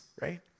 right